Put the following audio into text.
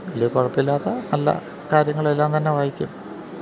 വലിയ കുഴപ്പമില്ലാത്ത നല്ല കാര്യങ്ങളെല്ലാം തന്നെ വായിക്കും